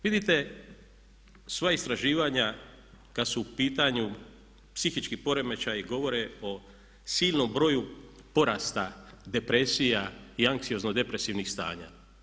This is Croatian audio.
Vidite sva istraživanja kad su u pitanju psihički poremećaji govore o silnom broju porasta depresija i anksiozno depresivnih stanja.